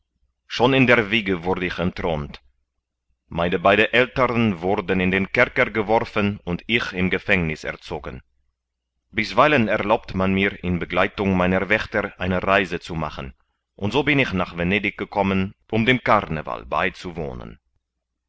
schon in der wiege wurde ich entthront meine beide aeltern wurden in den kerker geworfen und ich im gefängniß erzogen bisweilen erlaubt man mir in begleitung meiner wächter eine reise zu machen und so bin ich nach venedig gekommen um dem carneval beizuwohnen